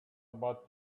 about